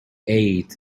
ate